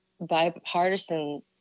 bipartisan